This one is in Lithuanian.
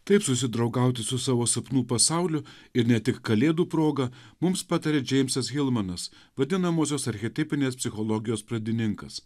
taip susidraugauti su savo sapnų pasauliu ir ne tik kalėdų proga mums patarė džeimsas hilmanas vadinamosios archetipinės psichologijos pradininkas